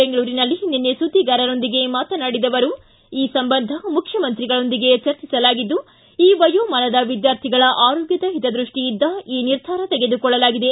ಬೆಂಗಳೂರಿನಲ್ಲಿ ನಿನ್ನೆ ಸುದ್ದಿಗಾರರೊಂದಿಗೆ ಮಾತನಾಡಿದ ಅವರು ಈ ಸಂಬಂಧ ಮುಖ್ಯಮಂತ್ರಿಗಳೊಂದಿಗೆ ಚರ್ಚಿಸಲಾಗಿದ್ದು ಈ ವಯೋಮಾನದ ವಿದ್ಯಾರ್ಥಿಗಳ ಆರೋಗ್ಧದ ಹಿತದೃಷ್ಟಿಯಿಂದ ಈ ನಿರ್ಧಾರ ತೆಗೆದುಕೊಳ್ಳಲಾಗಿದೆ